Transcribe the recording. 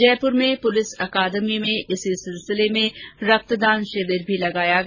जयपुर में पुलिस अकादमी में इसी सिलसिले में रक्तदान शिविर का भी आयोजन किया गया